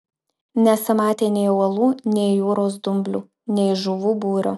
nesimatė nei uolų nei jūros dumblių nei žuvų būrio